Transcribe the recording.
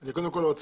אני אומר